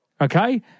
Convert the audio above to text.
Okay